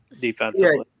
defensively